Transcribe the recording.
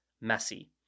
messy